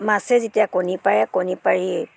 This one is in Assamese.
মাছে যেতিয়া কণী পাৰে কণী পাৰি